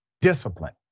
discipline